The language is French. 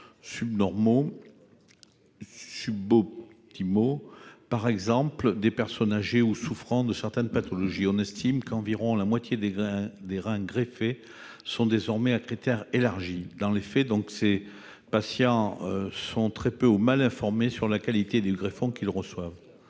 donneurs « suboptimaux », par exemple des personnes âgées ou souffrant de certaines pathologies. On estime qu'environ la moitié des reins greffés sont désormais « à critères élargis ». Dans les faits, les patients sont très peu et mal informés sur la qualité du greffon qu'ils reçoivent.